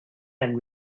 and